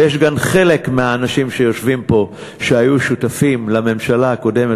וחלק מהאנשים שיושבים פה היו שותפים לממשלה הקודמת,